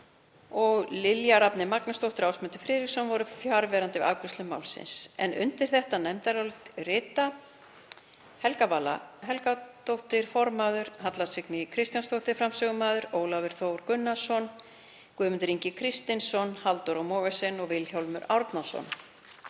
Lilja Rafney Magnúsdóttir og Ásmundur Friðriksson voru fjarverandi við afgreiðslu málsins. Undir nefndarálitið rita Helga Vala Helgadóttir formaður, Halla Signý Kristjánsdóttir framsögumaður, Ólafur Þór Gunnarsson, Guðmundur Ingi Kristinsson, Halldóra Mogensen og Vilhjálmur Árnason.